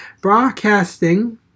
Broadcasting